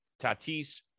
Tatis